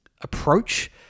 approach